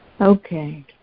Okay